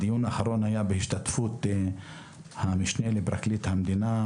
הדיון האחרון היה בהשתתפות המשנה לפרקליט המדינה,